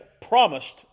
promised